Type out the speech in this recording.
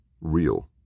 Real